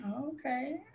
Okay